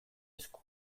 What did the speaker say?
esku